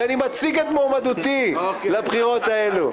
שאני מציג את מועמדותי לבחירות האלו.